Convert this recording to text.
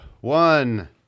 one